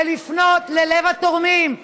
לפנות ללב התורמים.